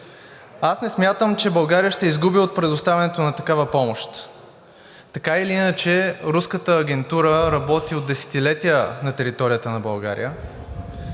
Аз не смятам, че България ще изгуби от предоставянето на такава помощ. Така или иначе руската агентура работи от десетилетия на територията на България.